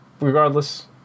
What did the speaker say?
regardless